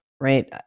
Right